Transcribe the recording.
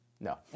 No